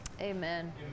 Amen